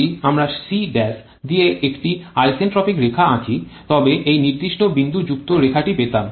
যদি আমরা c' দিয়ে একটি আইসেন্ট্রপিক রেখা আঁকি তবে এই নির্দিষ্ট বিন্দুযুক্ত রেখাটি পেতাম